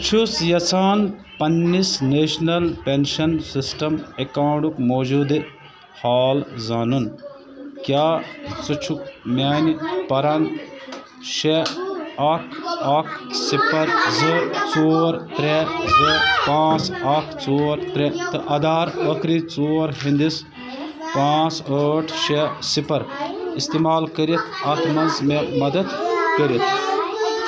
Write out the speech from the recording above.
بہٕ چھُس یَژھان پنٕنِس نیشنل پٮ۪نشن سِسٹم اَکاوُنٛٹُک موجوٗدٕ حال زانُن کیٛاہ ژٕ چھُکھ میٛانہِ پَرَن شےٚ اَکھ اَکھ صِفر زٕ ژور ترٛےٚ زٕ پانٛژھ اَکھ ژور ترٛےٚ تہٕ آدھار ٲخٕری ژور ہٕںدِس پانٛژھ ٲٹھ شےٚ صِفر اِستعمال کٔرتھ اَتھ منٛز مےٚ مدد کٔرِتھ